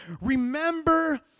remember